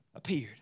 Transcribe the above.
Appeared